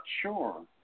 sure